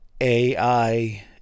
AI